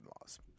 laws